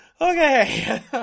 Okay